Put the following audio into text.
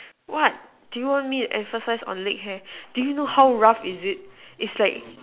what do you want me emphasize on leg hair do you know how rough is it is like